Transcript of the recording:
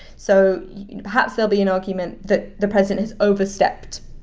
so you know perhaps there'll be an argument that the president has overstepped.